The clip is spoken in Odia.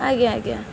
ଆଜ୍ଞା ଆଜ୍ଞା